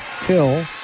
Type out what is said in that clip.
Kill